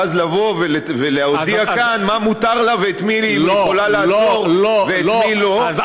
ואז לבוא ולהודיע כאן מה מותר לה ואת מי היא יכולה לעצור ואת מי לא.